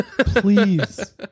please